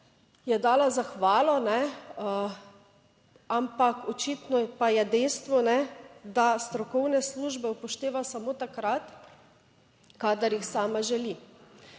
je dala zahvalo ampak očitno pa je dejstvo, da strokovne službe upošteva samo takrat, **28. TRAK: (NB)